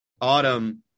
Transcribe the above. Autumn